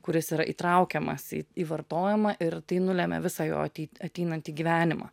kuris yra įtraukiamas į į vartojimą ir tai nulemia visą jo atei ateinantį gyvenimą